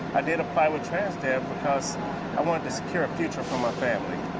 i did apply with transdev, because i wanted to secure a future for my family.